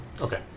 Okay